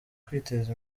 kwiteza